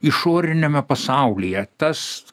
išoriniame pasaulyje tas